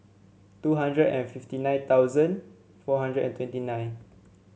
two hundred and fifty nine thousand four hundred and twenty nine